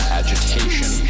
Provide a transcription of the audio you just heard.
agitation